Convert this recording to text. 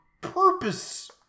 purpose